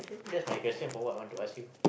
that's my question for what I want to ask you